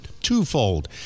Twofold